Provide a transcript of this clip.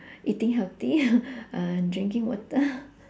eating healthy uh drinking water